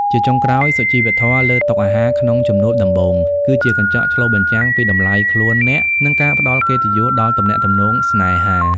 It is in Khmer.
ជាចុងក្រោយ សុជីវធម៌លើតុអាហារក្នុងជំនួបដំបូង គឺជាកញ្ចក់ឆ្លុះបញ្ចាំងពីតម្លៃខ្លួនអ្នក និងការផ្ដល់កិត្តិយសដល់ទំនាក់ទំនងស្នេហា។